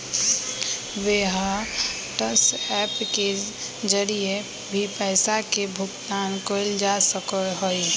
WhatsApp के जरिए भी पैसा के भुगतान कइल जा सका हई